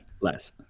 Less